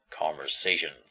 conversations